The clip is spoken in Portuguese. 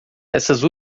essas